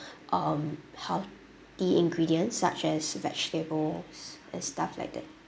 um how the ingredients such as vegetables and stuff like that